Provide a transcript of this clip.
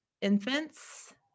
infants